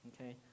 okay